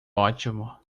ótimo